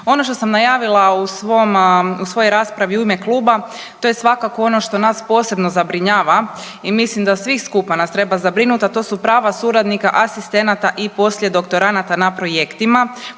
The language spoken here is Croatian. Ono što sam najavila u svojoj raspravi u ime kluba to je svakako ono što nas posebno zabrinjava i mislim da svih skupa nas treba zabrinut, a to su prava suradnika, asistenata i poslijedoktoranata na projektima,